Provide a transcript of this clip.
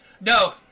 No